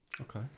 Okay